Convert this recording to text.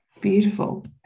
beautiful